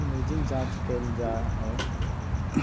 imaging जांच कइल जा हइ